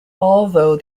although